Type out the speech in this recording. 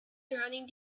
surrounding